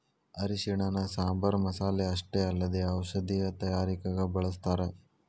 ಅರಿಶಿಣನ ಸಾಂಬಾರ್ ಮಸಾಲೆ ಅಷ್ಟೇ ಅಲ್ಲದೆ ಔಷಧೇಯ ತಯಾರಿಕಗ ಬಳಸ್ಥಾರ